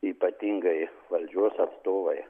ypatingai valdžios atstovai